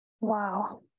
Wow